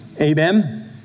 Amen